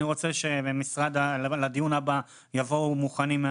אני רוצה שלדיון הבא יבואו מוכנים,